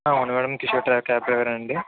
అవును madam Kishore cab డ్రైవరే అండి